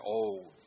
old